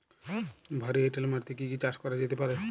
ভারী এঁটেল মাটিতে কি কি চাষ করা যেতে পারে?